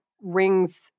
rings